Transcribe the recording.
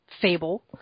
fable